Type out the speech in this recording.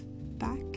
back